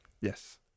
yes